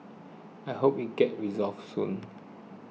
I hope it gets resolved soon